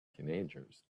teenagers